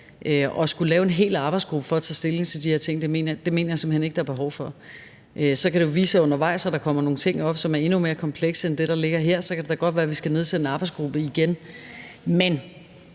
at skulle lave en hel arbejdsgruppe for at tage stilling til de her ting mener jeg simpelt hen ikke der er behov for. Så kan det jo vise sig undervejs, at der kommer nogle ting op, som er endnu mere komplekse end det, der ligger her, og så kan det da godt være, at vi skal nedsætte en arbejdsgruppe igen. Men